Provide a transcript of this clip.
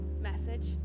message